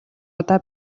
удаа